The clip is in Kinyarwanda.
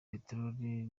peteroli